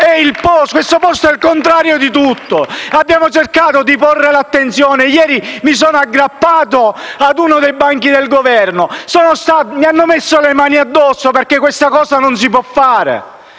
Questo posto è il contrario di tutto. Abbiamo cercato di porre la questione alla vostra attenzione e ieri mi sono anche aggrappato a uno dei banchi del Governo. Mi hanno messo le mani addosso, perché questa cosa non si può fare.